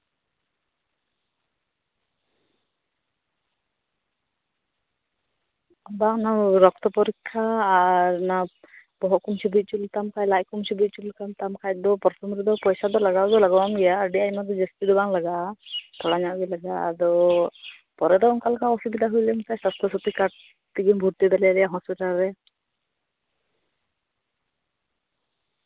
ᱵᱟᱝ ᱨᱚᱠᱛᱚ ᱯᱚᱨᱤᱠᱠᱷᱟ ᱟᱨ ᱵᱚᱦᱚᱜ ᱠᱚᱢ ᱪᱷᱚᱵᱤ ᱦᱚᱪᱚ ᱞᱮᱛᱟᱢ ᱠᱷᱟᱱ ᱫᱮ ᱯᱨᱚᱛᱷᱚᱢ ᱨᱮᱫᱚ ᱯᱚᱭᱥᱟ ᱫᱚ ᱞᱟᱜᱟᱣ ᱫᱚ ᱞᱟᱜᱟᱣᱟᱢ ᱜᱮᱭᱟ ᱟᱹᱰᱤ ᱟᱭᱢᱟ ᱡᱟᱹᱥᱛᱤ ᱫᱚ ᱵᱟᱝ ᱞᱟᱜᱟᱜᱼᱟ ᱛᱷᱚᱲᱟ ᱧᱚᱜ ᱜᱮ ᱞᱟᱜᱟᱜᱼᱟ ᱟᱫᱚ ᱯᱚᱨᱮ ᱫᱚ ᱚᱱᱠᱟ ᱚᱥᱩᱵᱤᱫᱷᱟ ᱦᱩᱭᱞᱮᱱᱠᱷᱟᱱ ᱥᱟᱥᱛᱷᱚ ᱥᱟᱛᱷᱤ ᱠᱟᱨᱰ ᱛᱮᱦᱚᱸᱢ ᱵᱷᱚᱨᱛᱤ ᱫᱟᱲᱮᱭᱟᱜᱼᱟ ᱟᱞᱮᱭᱟᱜ ᱦᱚᱥᱯᱤᱴᱟᱞ ᱨᱮ